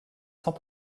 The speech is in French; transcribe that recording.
sans